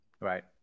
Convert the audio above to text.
Right